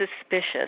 suspicious